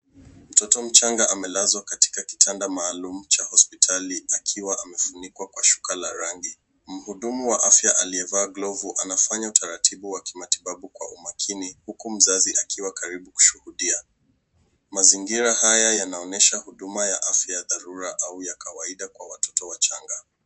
Mtoto mchanga amelazwa katika kitanda maalum cha hospitali akiwa amefunikwa kwa shuka la rangi. Mhudumu wa afya aliyevaa glovu anafanya utaratibu wa kimatibabu kwa umakini, huku mzazi akiwa karibu kushuhudia. Mazingira haya yanaonyesha huduma ya afya ya dharura au ya kawaida kwa watoto wachanga.